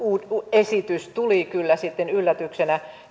esitys tuli kyllä sitten yllätyksenä